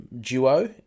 duo